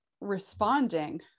responding